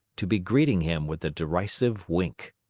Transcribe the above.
to be greeting him with a derisive wink.